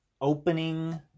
opening